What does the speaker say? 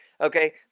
Okay